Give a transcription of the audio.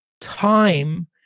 time